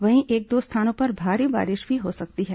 वहीं एक दो स्थानों पर भारी बारिश भी हो सकती है